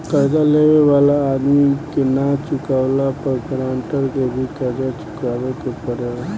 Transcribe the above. कर्जा लेवे वाला आदमी के ना चुकावला पर गारंटर के भी कर्जा चुकावे के पड़ेला